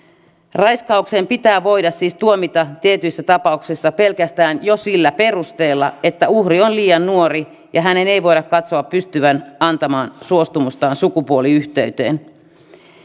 raiskauksesta pitää voida siis tuomita tietyissä tapauksissa pelkästään jo sillä perusteella että uhri on liian nuori ja hänen ei voida katsoa pystyvän antamaan suostumustaan sukupuoliyhteyteen